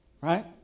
right